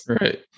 Right